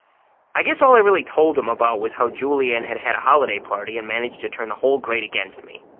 i guess all i really told them about was how julian had had a holiday party and managed to turn the whole grade against me.